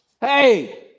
Hey